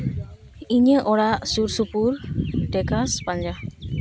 ᱤᱧᱟᱹᱜ ᱚᱲᱟᱜ ᱥᱩᱨ ᱥᱩᱯᱩᱨ ᱴᱮᱠᱟᱨᱥ ᱯᱟᱸᱡᱟ